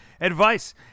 advice